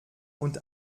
und